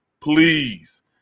Please